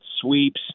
sweeps